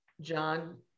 john